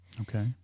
Okay